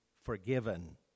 forgiven